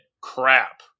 crap